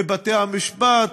בבתי המשפט,